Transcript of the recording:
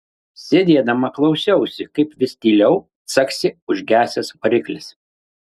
sėdėdama klausiausi kaip vis tyliau caksi užgesęs variklis